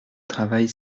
travail